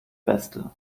beste